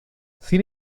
sin